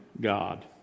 God